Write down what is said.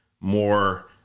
more